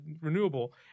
renewable